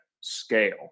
scale